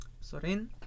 Sorin